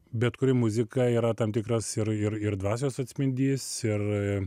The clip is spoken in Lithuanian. bet kuri muzika yra tam tikras ir ir ir dvasios atspindys ir